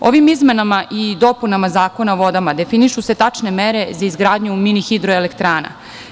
Ovim izmenama i dopunama Zakona o vodama definišu se tačne mere za izgradnju mini hidroelektrana.